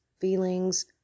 feelings